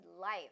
life